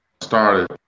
started